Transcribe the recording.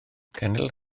cenedl